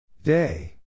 Day